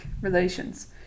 relations